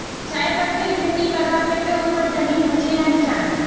चाय पत्तीर खेती करवार केते ऊपर जमीन होचे या निचान?